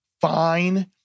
fine